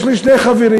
יש לי שני חברים.